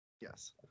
yes